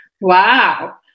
Wow